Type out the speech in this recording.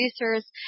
producers